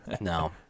No